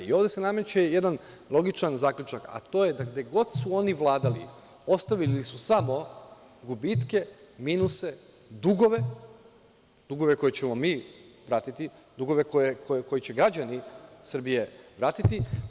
Ovde se nameće jedan logičan zaključak, a to je da gde god su oni vladali ostavili su samo gubitke, minuse, dugove, dugove koje ćemo mi vratiti, dugove koji će građani Srbije vratiti.